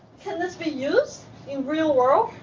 can this be used in real world?